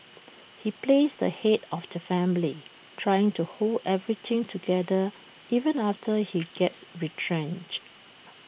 he plays the Head of the family trying to hold everything together even after he gets retrenched